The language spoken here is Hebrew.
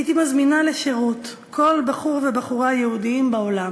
הייתי מזמינה לשירות כל בחור ובחורה יהודים בעולם,